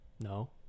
No